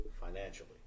financially